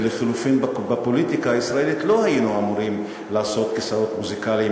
ולחילופין בפוליטיקה הישראלית לא היינו אמורים לעשות כיסאות מוזיקליים,